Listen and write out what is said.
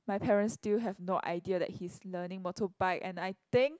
my parents still have no idea that he's learning motorbike and I think